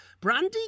Brandy